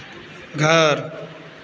घर